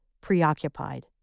preoccupied